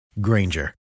Granger